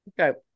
Okay